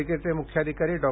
पालिकेचे मुख्याधिकारी डॉ